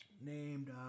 named